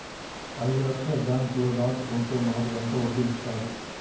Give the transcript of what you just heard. ఐదు లక్షల బ్యాంక్లో దాచుకుంటే మనకు ఎంత వడ్డీ ఇస్తారు?